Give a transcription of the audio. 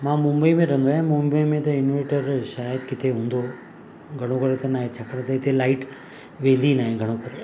मां मुंबई में रहंदो आहियां मुंबई में त इनवेटर शायदि किथे हूंदो गॾो गॾ त न आहे छाकाणि त हिते लाइट वेंदी ई न आहे घणो करे